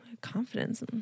Confidence